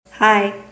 Hi